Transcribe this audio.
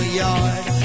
yard